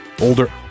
Older